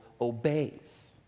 obeys